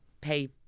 pay